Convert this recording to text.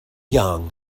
young